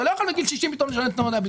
אתה לא יכול בגיל 60 לשלם ביטוח.